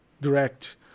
direct